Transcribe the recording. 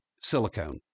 silicone